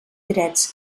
drets